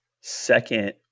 Second